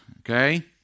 okay